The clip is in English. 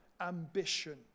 ambition